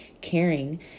caring